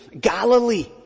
Galilee